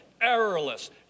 errorless